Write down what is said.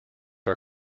are